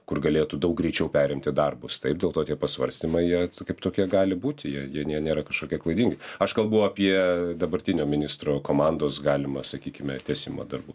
kur galėtų daug greičiau perimti darbus taip dėl to tie pasvarstymai jie kaip tokie gali būti jie jie jie nė nėra kažkokie klaidingi aš kalbu apie dabartinio ministro komandos galima sakykime tęsimo darbų